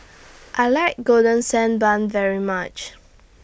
I like Golden Sand Bun very much